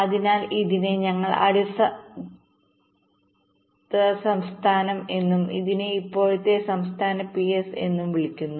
അതിനാൽ ഇതിനെ ഞങ്ങൾ അടുത്ത സ്റ്റേറ്റ് എന്നും ഇതിനെ ഇപ്പോഴത്തെ സ്റ്റേറ്റ് പിഎസ്എന്നും വിളിക്കുന്നു